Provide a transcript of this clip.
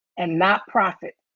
and not profit.